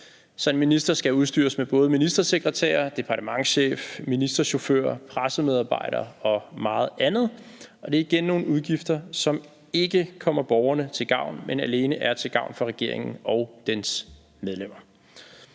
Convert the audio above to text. så en minister skal udstyres med både ministersekretærer, departementschef, ministerchauffør, pressemedarbejdere og meget andet, og det er igen nogle udgifter, som ikke kommer borgerne til gavn, men alene er til gavn for regeringen og dens medlemmer.